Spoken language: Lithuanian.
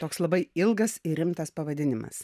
toks labai ilgas ir rimtas pavadinimas